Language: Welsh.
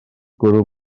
gwrw